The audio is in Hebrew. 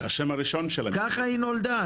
ככה היא נולדה,